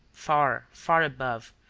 far, far above,